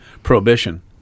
prohibition